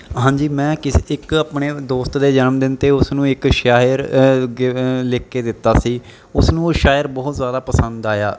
ਹਾਂਜੀ ਮੈਂ ਕਿਸੇ ਇੱਕ ਆਪਣੇ ਦੋਸਤ ਦੇ ਜਨਮਦਿਨ 'ਤੇ ਉਸ ਨੂੰ ਇੱਕ ਸ਼ਾਇਰ ਗ ਲਿਖ ਕੇ ਦਿੱਤਾ ਸੀ ਉਸ ਨੂੰ ਉਹ ਸ਼ਾਇਰ ਬਹੁਤ ਜ਼ਿਆਦਾ ਪਸੰਦ ਆਇਆ